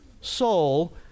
soul